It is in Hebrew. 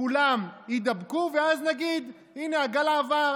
כולם יידבקו ואז נגיד: הינה, הגל עבר.